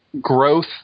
growth